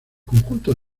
conjunto